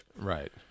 Right